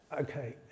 Okay